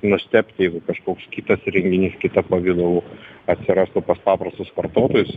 nustebti jeigu kažkoks kitas įrenginys kita pavidalu atsirastų pas paprastus vartotojus